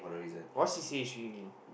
what C_C_A is she in